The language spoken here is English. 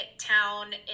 town